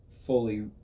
fully